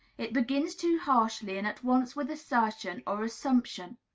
it begins too harshly and at once with assertion or assumption.